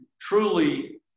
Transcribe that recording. truly